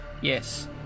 Yes